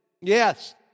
Yes